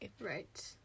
Right